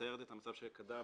שמתארת את המצב שקדם